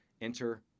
enter